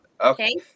Okay